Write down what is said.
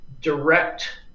direct